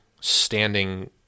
standing